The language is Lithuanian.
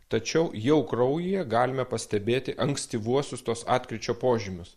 tačiau jau kraujyje galime pastebėti ankstyvuosius tuos atkryčio požymius